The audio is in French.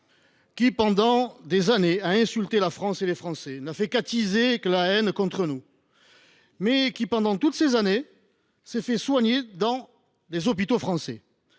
qui, pendant des années, a insulté la France et les Français, qui n’a fait qu’attiser la haine contre nous, mais qui, dans le même temps, s’est fait soigner dans les hôpitaux français.